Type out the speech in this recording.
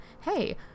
hey